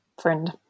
friend